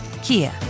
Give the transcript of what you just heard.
Kia